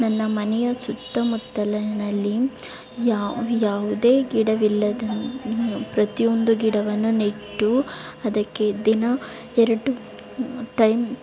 ನನ್ನ ಮನೆಯ ಸುತ್ತಮುತ್ತಲಿನಲ್ಲಿ ಯಾವ ಯಾವುದೇ ಗಿಡವಿಲ್ಲದನ್ನ ಪ್ರತಿಯೊಂದು ಗಿಡವನ್ನು ನೆಟ್ಟು ಅದಕ್ಕೆ ದಿನ ಎರಡು ಟೈಮ್